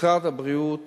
משרד הבריאות